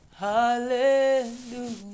Hallelujah